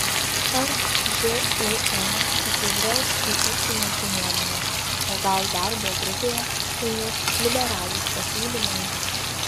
ar žūm atsižvelgs į ūkininkų nuomonę o gal darbo grupėje laimės liberalūs pasiūlymai